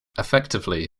effectively